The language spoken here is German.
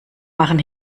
machen